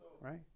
Right